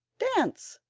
dance,